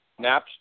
Napster